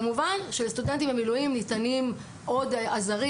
כמובן שלסטודנטים במילואים ניתנים עוד עזרים.